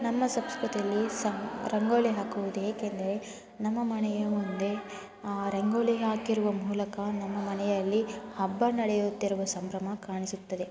ನಮ್ಮ ಸಂಸ್ಕೃತಿಯಲ್ಲಿ ಸಮ್ ರಂಗೋಲಿ ಹಾಕುವುದು ಏಕೆಂದರೆ ನಮ್ಮ ಮನೆಯ ಮುಂದೆ ರಂಗೋಲಿ ಹಾಕಿರುವ ಮೂಲಕ ನಮ್ಮ ಮನೆಯಲ್ಲಿ ಹಬ್ಬ ನಡೆಯುತ್ತಿರುವ ಸಂಭ್ರಮ ಕಾಣಿಸುತ್ತದೆ